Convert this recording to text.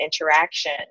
interaction